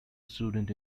student